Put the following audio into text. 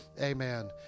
Amen